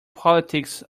politics